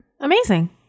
Amazing